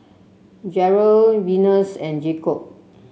Jerrell Venus and Jacob